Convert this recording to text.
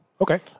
Okay